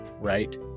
right